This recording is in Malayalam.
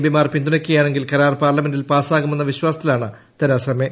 പിമാർ പിന്തുണയ്ക്കുകയാണെങ്കിൽ കരാർ പാർലമെന്റിൽ പാസാകുമെന്ന വിശ്വാസത്തിലാണ് തെരേസ മേ